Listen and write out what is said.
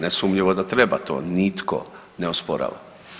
Nesumnjivo da treba to, nitko ne osporava.